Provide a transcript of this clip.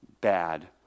bad